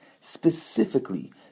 specifically